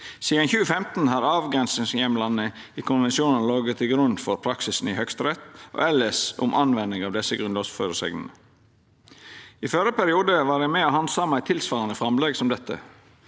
Sidan 2015 har avgrensingsheimlane i konvensjonane lege til grunn for praksisen i Høgsterett og elles om anvendinga av desse grunnlovsføresegnene. I førre periode var eg med på å handsama eit tilsvarande framlegg som dette.